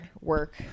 work